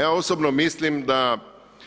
Ja osobno mislim da